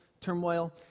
turmoil